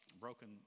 broken